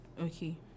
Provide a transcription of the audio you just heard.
okay